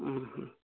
ହୁଁ ହୁଁ